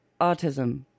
autism